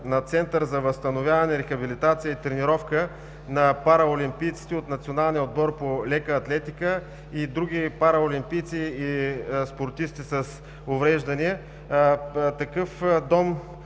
на Център за възстановяване, рехабилитация и тренировка на параолимпийците от националния отбор по лека атлетика и други параолимпийци, и спортисти с увреждания. Такъв